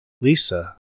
Lisa